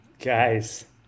Guys